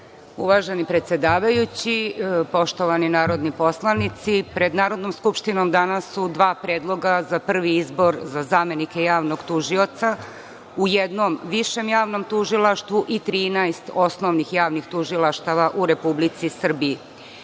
Hvala. Uvaženi predsedavajući, poštovani narodni poslanici, pred Narodnom skupštinom danas su dva predloga za prvi izbor za zamenike javnog tužioca u jednom višem javnom tužilaštvu i 13 osnovnih javnih tužilaštava u Republici